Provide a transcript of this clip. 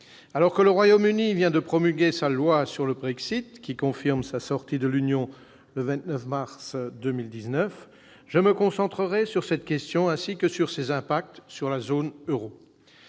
Alors que le Royaume-Uni vient de promulguer sa loi sur le Brexit, qui confirme sa sortie de l'Union européenne le 29 mars 2019, je me concentrerai sur cette question, ainsi que sur ses impacts sur la zone euro.